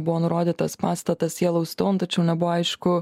buvo nurodytas pastatas jelou stoun tačiau nebuvo aišku